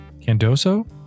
Candoso